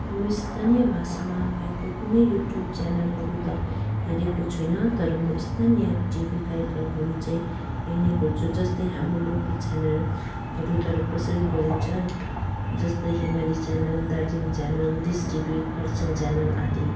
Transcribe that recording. हाम्रो स्थानीय भाषामा भएको कुनै युट्युब च्यानलहरू त हेरेको छुइनँ तर म स्थानीय टिभी कार्यक्रमहरू चाहिँ हेर्ने गर्छु जस्तै हाम्रो लोकल च्यानलहरूद्वारा प्रसारित गरिन्छ जस्तै Himali channel Darjeeling channel dish TV Kurseong channel आदि